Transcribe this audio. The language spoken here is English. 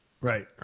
Right